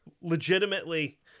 legitimately